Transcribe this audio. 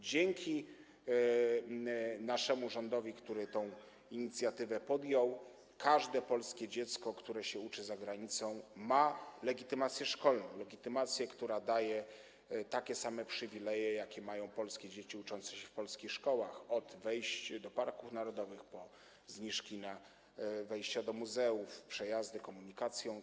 Dzięki naszemu rządowi, który tę inicjatywę podjął, każde polskie dziecko, które uczy się za granicą, ma legitymację szkolną, legitymację, która daje takie same przywileje, jakie mają polskie dzieci uczące się w polskich szkołach: od wejść do parków narodowych po zniżki na wejścia do muzeów, przejazdy komunikacją.